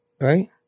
Right